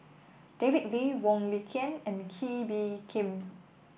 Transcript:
David Lee Wong Lin Ken and Kee Bee Khim